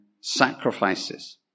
sacrifices